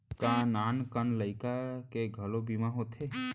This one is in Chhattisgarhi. का नान कन लइका के घलो बीमा होथे?